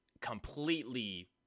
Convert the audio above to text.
completely